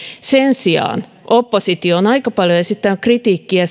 sen sijaan oppositio on aika paljon esittänyt kritiikkiä